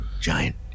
giant